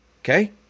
Okay